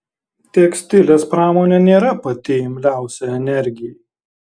tekstilės pramonė nėra pati imliausia energijai